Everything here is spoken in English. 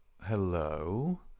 Hello